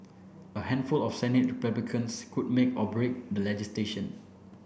a handful of Senate Republicans could make or break the legislation